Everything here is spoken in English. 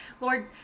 lord